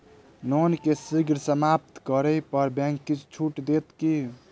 loan केँ शीघ्र समाप्त करै पर बैंक किछ छुट देत की